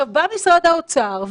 בא משרד האוצר,